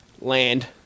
land